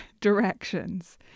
directions